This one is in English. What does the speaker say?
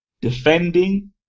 defending